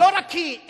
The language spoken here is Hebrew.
לא רק היא,